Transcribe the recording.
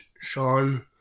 Sean